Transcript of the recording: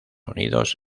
unidos